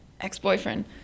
ex-boyfriend